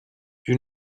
you